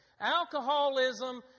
Alcoholism